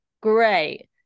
great